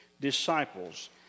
disciples